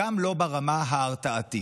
גם לא ברמה ההרתעתית.